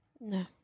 No